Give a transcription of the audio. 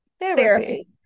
therapy